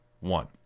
one